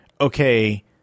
okay